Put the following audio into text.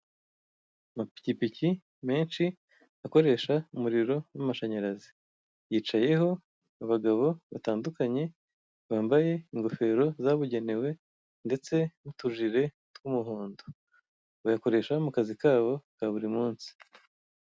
Amapikipiki menshi akoresha umuriro w'amashanyarazi. Yicayeho abagabo batandukanye, bambaye ingofero zabugenewe ndeste n'utujire tw'umuhondo. Bayakoreha mu kazi kabo ka buri munsi.